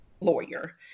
lawyer